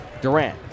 Durant